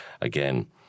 again